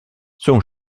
son